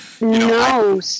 no